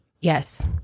Yes